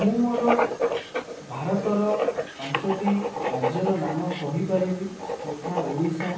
ମୁଁ ମୋର ଭାରତର ପାଞ୍ଚଟି ରାଜ୍ୟର ନାମ କହିପାରିବି ଯଥା ଓଡ଼ିଶା